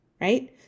right